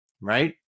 right